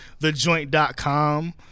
thejoint.com